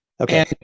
Okay